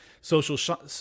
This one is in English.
Social